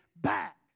back